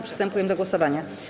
Przystępujemy do głosowania.